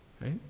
Right